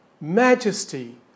majesty